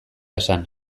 esan